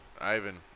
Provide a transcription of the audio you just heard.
Ivan